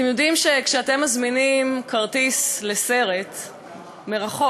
אתם יודעים, כשאתם מזמינים כרטיס לסרט מרחוק